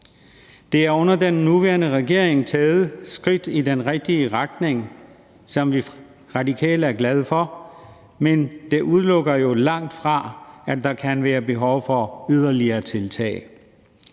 Der er under den nuværende regering taget skridt i den rigtige retning, som vi i Radikale er glade for, men det udelukker jo langtfra, at der kan være behov for yderligere tiltag.